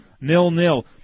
nil-nil